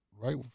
Right